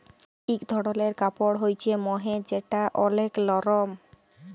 ইক ধরলের কাপড় হ্য়চে মহের যেটা ওলেক লরম